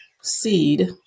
seed